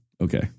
okay